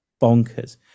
bonkers